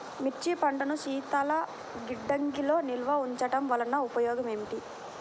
మిర్చి పంటను శీతల గిడ్డంగిలో నిల్వ ఉంచటం వలన ఉపయోగం ఏమిటి?